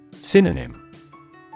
synonym